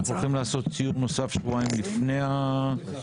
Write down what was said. אנחנו הולכים לעשות סיור נוסף שבועיים לפני האירוע